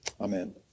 Amen